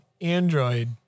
Android